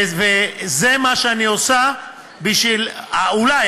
וזה מה שאני עושה בשביל אולי,